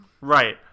Right